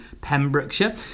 Pembrokeshire